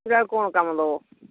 ଏଥିରେ ଆଉ କ'ଣ କାମ ଦେବ